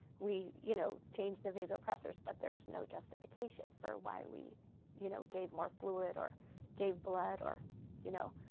we, you know, changed the vasopressors but there's no justification for why we you know gave more fluid, or gave blood, or you know